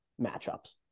matchups